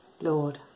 Lord